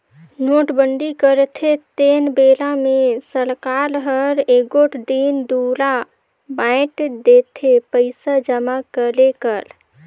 नोटबंदी करथे तेन बेरा मे सरकार हर एगोट दिन दुरा बांएध देथे पइसा जमा करे कर